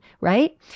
right